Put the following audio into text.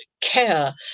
care